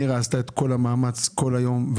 נירה עשתה מאמץ במשך כל היום.